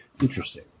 Interesting